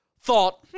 thought –